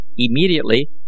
immediately